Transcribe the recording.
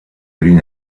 green